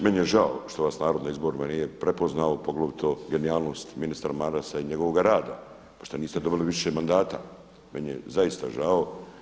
Meni je žao što vas narod na izborima nije prepoznao, poglavito genijalnost ministra Marasa i njegovoga rada i pošto niste dobili više mandata, meni je zaista žao.